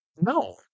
no